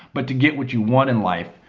but, to get what you want in life,